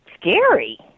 scary